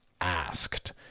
asked